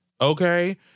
Okay